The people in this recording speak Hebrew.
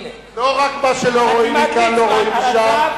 לא רק מה שלא רואים מכאן לא רואים משם,